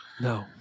No